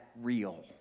real